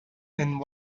and